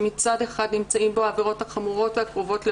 שמצד אחד נמצאים בו העבירות החמורות והקרובות לאונס,